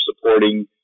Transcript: supporting